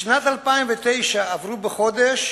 בשנת 2009 עברו בחודש